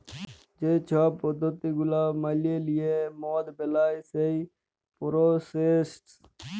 যে ছব পদ্ধতি গুলা মালে লিঁয়ে মদ বেলায় সেই পরসেসট